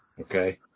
okay